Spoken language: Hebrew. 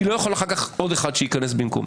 אני לא יכול אחר כך שעוד אחד ייכנס במקומי.